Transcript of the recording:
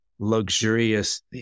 luxurious